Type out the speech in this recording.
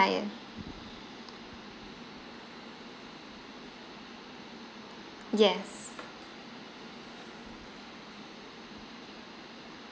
yes